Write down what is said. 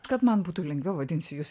kad man būtų lengviau vadinsiu jus